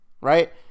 right